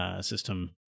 system